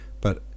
but